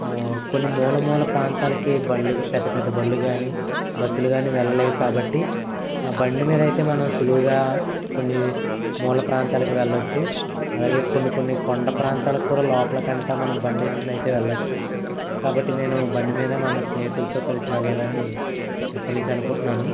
కొన్ని మూలమూల ప్రాంతాలకి బళ్ళు పెద్దపెద్ద బస్సులుకాని వెళ్ళలేవు కాబట్టి ఆ బండ్లు మీద అయితే మనం సులువుగా కొన్ని మూల ప్రాంతాలకి వెళ్ళచ్చు అలాగే కొన్ని కొన్ని కొండ ప్రాంతాలకి కూడా లోపలకంటా మనం బండి వేసుకుని అయితే వెళ్ళచ్చు కాబట్టి నేను బండి మీద నా స్నేహితులతో కలిసి వెళ్ళాలని ఎప్పటినుంచో అనుకుంటున్నాను